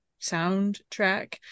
soundtrack